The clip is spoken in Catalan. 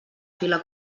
fila